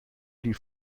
die